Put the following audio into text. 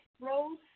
Rose